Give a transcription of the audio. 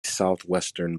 southwestern